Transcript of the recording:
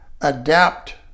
adapt